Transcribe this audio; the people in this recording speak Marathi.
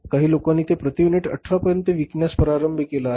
काही लोकांनी ते प्रति युनिट 18 पर्यंत विकण्यास प्रारंभ केला आहे